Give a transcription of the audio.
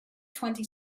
twenty